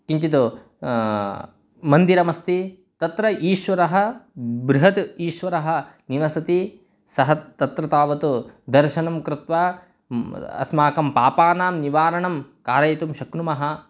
किञ्चित् मन्दिरमस्ति तत्र ईश्वरः बृहत् ईश्वरः निवसति सः तत्र तावत् दर्शनं कृत्वा अस्माकं पापानां निवारणं कारयितुं शक्नुमः